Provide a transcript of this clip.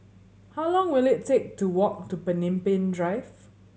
how long will it take to walk to Pemimpin Drive